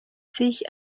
sich